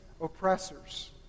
oppressors